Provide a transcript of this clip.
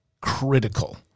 critical